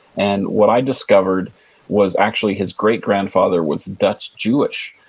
and what i discovered was actually his great-grandfather was dutch jewish.